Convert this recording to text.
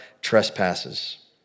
trespasses